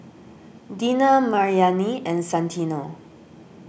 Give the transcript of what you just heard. Dina Maryanne and Santino